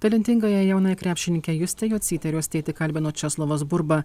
talentingąją jaunąją krepšininkę justę jocytę ir jos tėtį kalbino česlovas burba